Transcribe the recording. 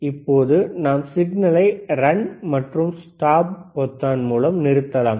இப்போது நாம் சிக்னலை ரன் மற்றும் ஸ்டாப் பொத்தான் மூலம் நிறுத்தலாம்